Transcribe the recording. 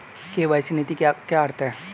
KYC नीति का क्या अर्थ है?